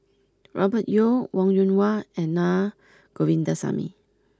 Robert Yeo Wong Yoon Wah and Naa Govindasamy